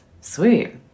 Sweet